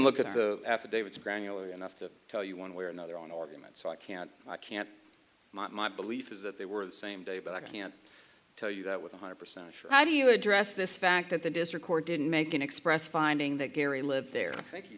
granular enough to tell you one way or another on argument so i can't i can't my belief is that they were the same day but i can't tell you that with one hundred percent sure how do you address this fact that the district court didn't make an express finding that gary lived there thank